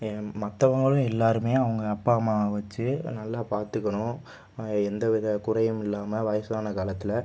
ஏன் மற்றவங்களும் எல்லோருமே அவங்க அப்பா அம்மாவை வச்சு நல்லா பார்த்துக்கணும் எந்த வித குறையும் இல்லாமல் வயதான காலத்தில்